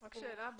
שאלה.